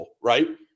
right